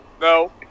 no